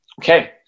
okay